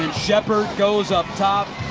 sheppard goes up top,